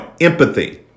Empathy